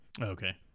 okay